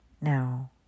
Now